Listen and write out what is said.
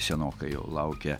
senokai jau laukia